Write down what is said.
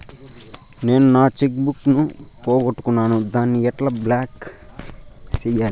నేను నా cheque book ను పోగొట్టుకున్నాను దాన్ని ఎట్లా బ్లాక్ సేయాలి?